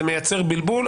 זה מייצר בלבול.